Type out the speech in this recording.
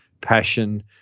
passion